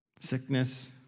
Sickness